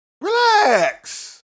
Relax